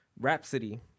Rhapsody